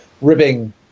ribbing